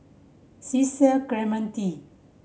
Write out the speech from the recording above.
Cecil Clementi